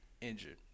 injured